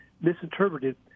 misinterpreted